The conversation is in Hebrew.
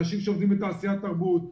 אנשים שעובדים בתעשיית התרבות,